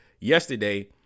yesterday